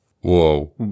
Whoa